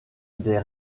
des